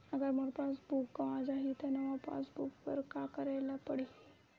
अगर मोर passbook गवां जाहि त नवा पास बुक बर का करे ल पड़हि?